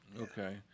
Okay